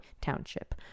township